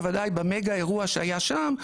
בוודאי במגה אירוע שהיה שם,